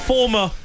Former